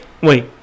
Wait